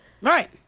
Right